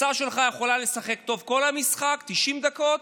הקבוצה שלך יכולה לשחק טוב כל המשחק, 90 דקות,